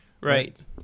Right